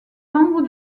membre